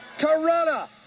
Corona